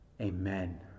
Amen